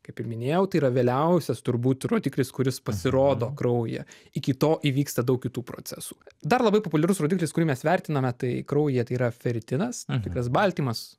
kaip ir minėjau tai yra vėliausias turbūt rodiklis kuris pasirodo kraujyje iki to įvyksta daug kitų procesų dar labai populiarus rodiklis kurį mes vertiname tai kraujyje tai yra feritinas tikras baltymas